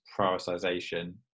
prioritization